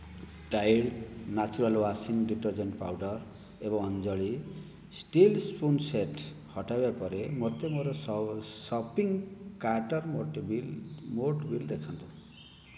tied naturals washing detergent powder ଏବଂ Anjali steel spoon set କୁ ହଟାଇବା ପରେ ମୋତେ ମୋର ସପିଂ କାର୍ଟ୍ର ମୋଟ ବିଲ୍ ଦେଖାନ୍ତୁ